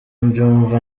mbyumva